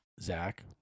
Zach